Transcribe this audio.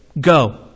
go